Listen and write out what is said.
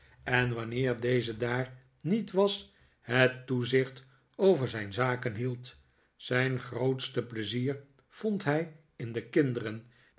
en wanneer deze daar niet was het toezicht over zijn zaken hield zijn grootste pleizier vond hij in de kinderen